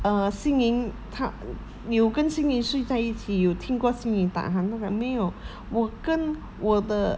err xin yi 他有跟 xin yi 睡着一起有听过 xin yi 打鼾他讲没有我跟我的